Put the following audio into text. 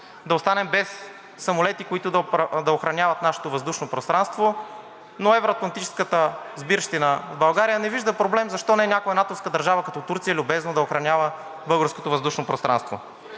да останем без самолети, които да охраняват нашето въздушно пространство, но евро-атлантическата сбирщина в България не вижда проблем защо не някоя НАТО-вска държава като Турция любезно да охранява българското въздушно пространство.